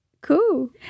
cool